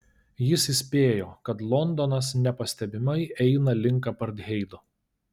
jis įspėjo kad londonas nepastebimai eina link apartheido